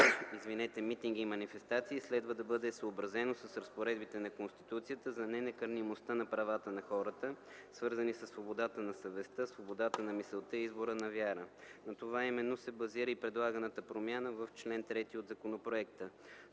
митинги и манифестации следва да бъде съобразено с разпоредбите на Конституцията за ненакърнимостта на правата на хората, свързани със свободата на съвестта, свободата на мисълта и избора на вяра. На това именно се базира и предлаганата промяна в чл. 3 от законопроекта.